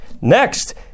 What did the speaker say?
Next